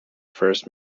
first